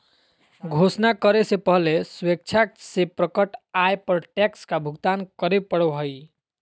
घोषणा करे से पहले स्वेच्छा से प्रकट आय पर टैक्स का भुगतान करे पड़ो हइ